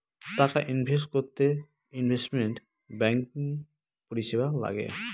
টাকা ইনভেস্ট করতে investment banking পরিষেবা লাগে